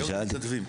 מתנדבים.